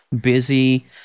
busy